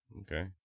Okay